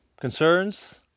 concerns